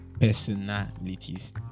personalities